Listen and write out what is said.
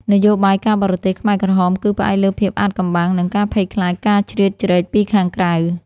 នយោបាយការបរទេសខ្មែរក្រហមគឺផ្អែកលើភាពអាថ៌កំបាំង និងការភ័យខ្លាចការជ្រៀតជ្រែកពីខាងក្រៅ។